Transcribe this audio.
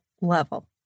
level